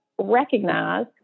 recognize